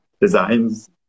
designs